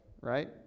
right